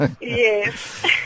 Yes